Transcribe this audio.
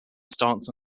stance